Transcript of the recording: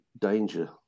danger